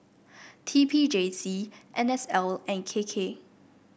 T P J C N S L and K K